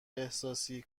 احساسی